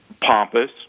pompous